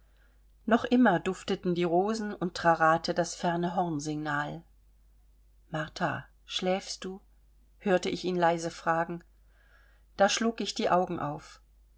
noch immer dufteten die rosen und trarate das ferne hornsignal martha schläfst du hörte ich ihn leise fragen da schlug ich die augen auf